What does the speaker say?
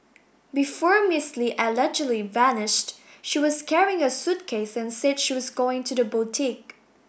before Miss Li allegedly vanished she was carrying a suitcase and said she was going to the boutique